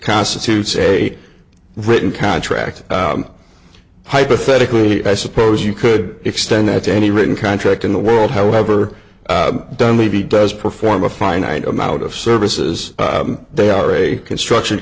constitutes a written contract hypothetically i suppose you could extend that to any written contract in the world however done would be does perform a finite amount of services they are a construction